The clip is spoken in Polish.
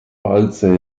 palce